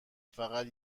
فقط